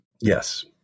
Yes